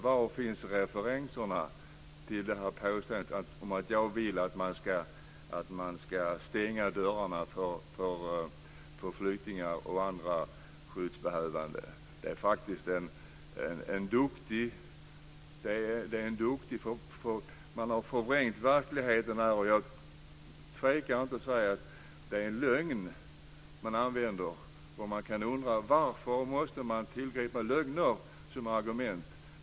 Var finns referenserna till påståendet att jag vill att man ska stänga dörrarna för flyktingar och andra skyddsbehövande? Man har förvrängt verkligheten. Jag tvekar inte att säga att det är lögn man använder. Varför måste man tillgripa lögner som argument?